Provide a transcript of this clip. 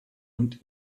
und